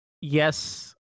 yes